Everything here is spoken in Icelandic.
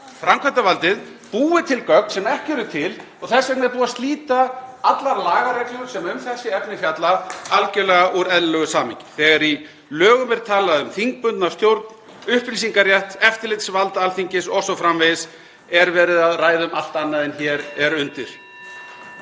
framkvæmdarvaldið búi til gögn sem ekki eru til og þess vegna er búið að slíta allar lagareglur sem um þessi efni fjalla algjörlega úr eðlilegu samhengi. (Forseti hringir.) Þegar í lögum er talað um þingbundna stjórn, upplýsingarétt, eftirlitsvald Alþingis o.s.frv. er verið að ræða um allt annað en hér er undir.